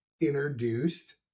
introduced